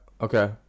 okay